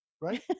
right